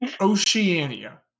Oceania